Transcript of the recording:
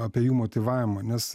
apie jų motyvavimą nes